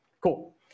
Cool